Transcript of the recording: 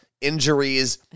injuries